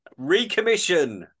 Recommission